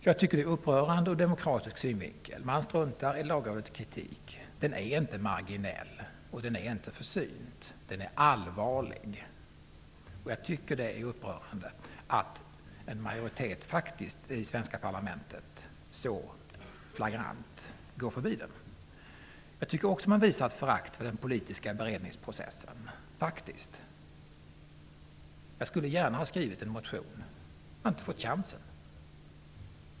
Jag tycker att detta är upprörande ur demokratisk synvinkel. Man struntar i Lagrådets kritik. Den är inte marginell. Den är inte försynt. Den är allvarlig. Jag tycker att det är upprörande att en majoritet i svenska parlamentet så flagrant går förbi den. Jag tycker också att man visar ett förakt för den politiska beredningsprocessen. Jag skulle gärna ha skrivit en motion, men jag har inte fått chansen.